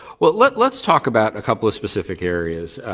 well let's let's talk about a couple of specific areas